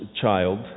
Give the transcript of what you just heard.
child